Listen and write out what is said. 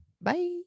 Bye